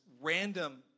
random